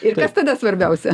ir kas tada svarbiausia